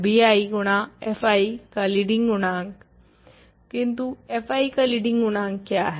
तो bi गुणा fi का लीडिंग गुणांक किन्तु fi का लीडिंग गुणांक क्या है